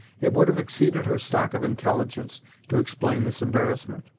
it would have exceeded her stock of intelligence to explain this embarrassment,